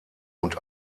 und